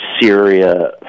Syria